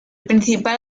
principal